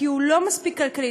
כי הוא לא מספיק כלכלי,